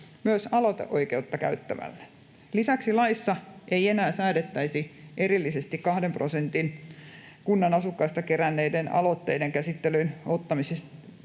myös aloiteoikeutta käyttämällä. Lisäksi laissa ei enää säädettäisi erillisesti 2 prosenttia kunnan asukkaista keränneiden aloitteiden käsittelyyn ottamisen